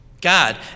God